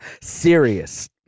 Serious